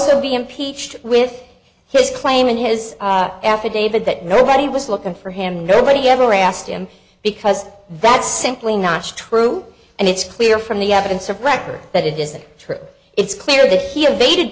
also be impeached with his claim in his affidavit that nobody was looking for him nobody ever asked him because that's simply not true and it's clear from the evidence of record that it isn't true it's clear that he invaded